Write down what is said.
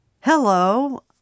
Hello